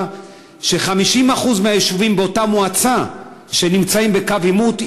שכאשר 50% מהיישובים באותה מועצה נמצאים בקו עימות,